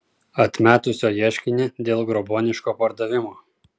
atmetusio ieškinį dėl grobuoniško pardavimo